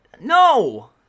No